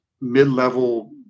mid-level